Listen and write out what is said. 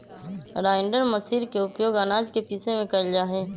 grinder machine के उपयोग आनाज के पीसे में कइल जाहई